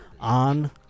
on